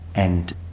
and